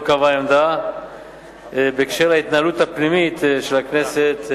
לא קבעה עמדה בהקשר של ההתנהלות הפנימית של הכנסת,